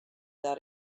that